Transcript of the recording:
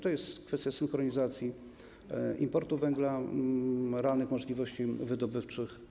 To jest kwestia synchronizacji importu węgla, realnych możliwości wydobywczych.